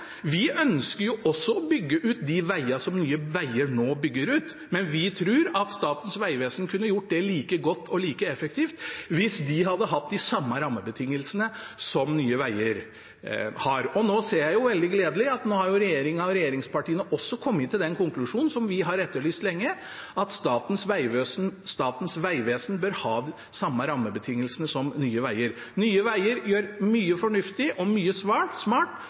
Vi ønsker jo også å bygge ut de vegene som Nye veier nå bygger ut, men vi tror Statens vegvesen kunne gjort det like godt og like effektivt hvis de hadde hatt de samme rammebetingelsene som Nye veier har. Nå ser jeg jo – som er veldig gledelig – at regjeringen og regjeringspartiene også har kommet til den konklusjonen som vi har etterlyst lenge, at Statens vegvesen bør ha de samme rammebetingelsene som Nye Veier. Nye veier gjør mye fornuftig og mye smart.